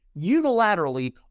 unilaterally